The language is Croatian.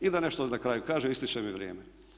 I da nešto na kraju kažem, ističe mi vrijeme.